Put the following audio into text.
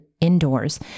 indoors